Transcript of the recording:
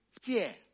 fear